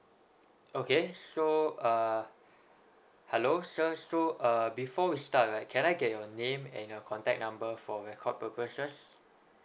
okay so uh hello sir so uh before we start right can I get your name and your contact number for record purposes